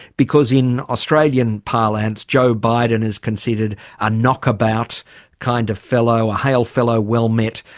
because in australian parlance, joe biden is considered a knock about kind of fellow, a hail-fellow-well-met,